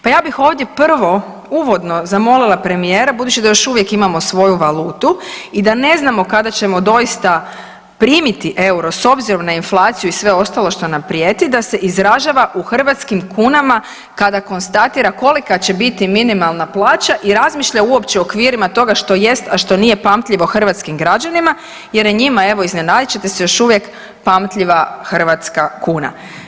Pa ja bih ovdje prvo uvodno zamolila premijera budući da još uvijek imamo svoju valutu i da ne znamo kada ćemo doista primiti EUR-o s obzirom na inflaciju i sve ostalo što nam prijeti da se izražava u hrvatskim kunama kada konstatira kolika će biti minimalna plaća i razmišlja uopće u okvirima toga što jest, a što nije pamtljivo hrvatskim građanima jer je njima evo iznenadit ćete se još uvijek pamtljiva hrvatska kuna.